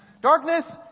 Darkness